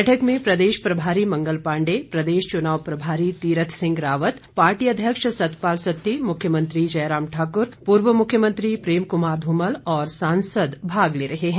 बैठक में प्रदेश प्रभारी मंगल पांडे प्रदेश चुनाव प्रभारी तीरथ सिंह रावत पार्टी अध्यक्ष सतपाल सत्ती मुख्यमंत्री जयराम ठाकुर पूर्व मुख्यमंत्री प्रेम कुमार धूमल और सांसद भाग ले रहे हैं